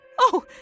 Oh